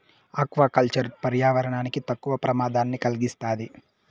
aqua culture పర్యావరణానికి తక్కువ ప్రమాదాన్ని కలిగిస్తాది